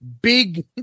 big